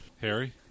Harry